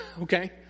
Okay